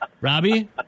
Robbie